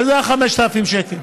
וזה ה-5,000 שקל.